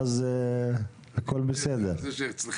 אני שואל אותך.